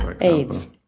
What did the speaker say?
AIDS